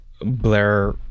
Blair